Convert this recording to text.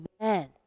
amen